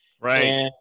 Right